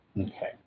Okay